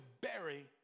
bury